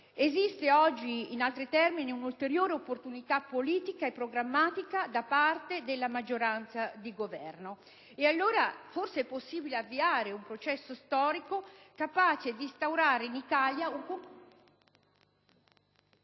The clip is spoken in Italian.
Esiste oggi, in altri termini, un'ulteriore opportunità politica e programmatica da parte della maggioranza di Governo e allora forse è possibile avviare un processo storico capace di instaurare in Italia un